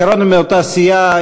בעיקרון הם מאותה סיעה,